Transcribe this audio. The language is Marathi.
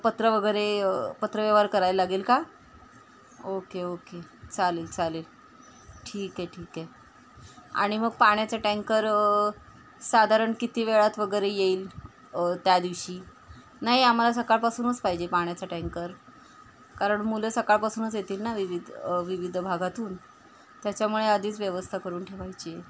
पत्र वगैरे पत्रव्यवहार कराय लागेल का ओके ओके चालेल चालेल ठीक आहे ठीक आहे आणि मग पाण्याचं टँकर साधारण किती वेळात वगैरे येईल त्या दिवशी नाही आम्हाला सकाळपासूनच पाहिजे आहे पाण्याचं टँकर कारण मुलं सकाळपासूनच येतील ना विविध विविध भागातून त्याच्यामुळे आधीच व्यवस्था करून ठेवायची आहे